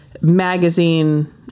magazine